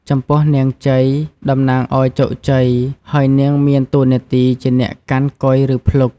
ចំពោះនាងជ័យ តំណាងឱ្យជោគជ័យ ហើយនាងមានតួនាទីជាអ្នកកាន់កុយ ឬភ្លុក ។